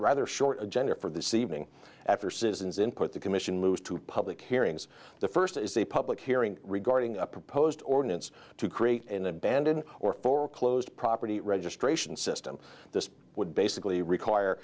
rather short agenda for this evening after citizens input the commission moves to public hearings the first is a public hearing regarding a proposed ordinance to create an abandoned or foreclosed property registration system this would basically require